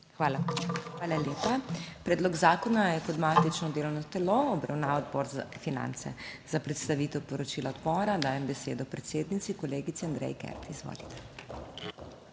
HOT:** Hvala lepa. Predlog zakona je kot matično delovno telo obravnaval Odbor za finance. Za predstavitev poročila odbora dajem besedo predsednici, kolegici Andreji Kert. Izvolite.